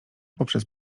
poprzez